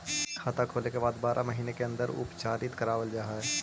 खाता खोले के बाद बारह महिने के अंदर उपचारित करवावल जा है?